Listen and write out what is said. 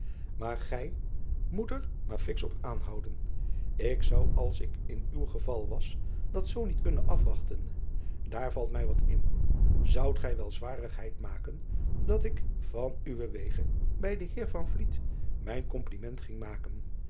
maar gij moet er maar fiks op aanhouden k zou als ik in uw geval was dat zoo niet kunnen afwachten aar valt mij wat in zoudt gij wel zwarigheid maken dat ik van uwen wege bij den eer mijn kompliment ging maken